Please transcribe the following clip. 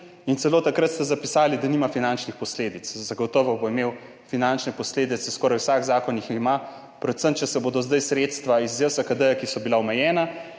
Takrat ste celo zapisali, da nima finančnih posledic – zagotovo bo imel finančne posledice, skoraj vsak zakon jih ima. Predvsem, če se bodo zdaj sredstva iz JSKD, ki so bila omejena,